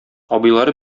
абыйлары